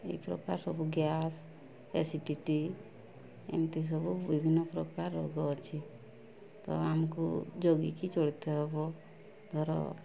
ଏଇ ପ୍ରକାର ସବୁ ଗ୍ୟାସ୍ ଏସିଡ଼ିଟି ଏମିତି ସବୁ ବିଭିନ୍ନ ପ୍ରକାର ରୋଗ ଅଛି ତ ଆମକୁ ଯଗିକି ଚଳିତେ ହେବ ଧର